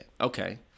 Okay